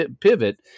pivot